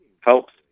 helps